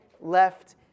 left